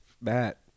Matt